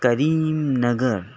کریم Nagar